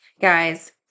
guys